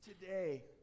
today